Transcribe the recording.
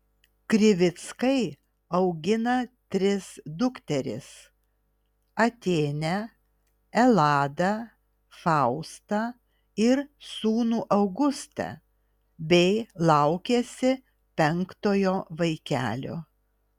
krivickai augina tris dukteris atėnę eladą faustą ir sūnų augustą bei laukiasi penktojo vaikelio